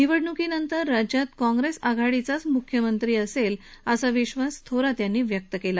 निवडणुकीनंतर राज्यात काँग्रेस आघाडीचाच मुख्यमंत्री असेल असा विश्वास थोरात यांनी व्यक्त केला